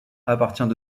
appartient